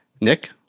Nick